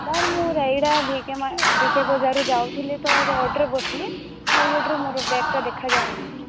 sir ମୁଁ ରାଏଗଡ଼ା ଭିକେ ମା ଭିକେ ବଜାରରୁ ଯାଉଥିଲି ତ ସେ ଅଟୋରେ ବସଲି ଆଉ ସେଠାରୁ ମୋର ବେଗଟା ଦେଖାଯାଉନି